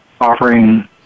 offering